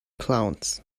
clowns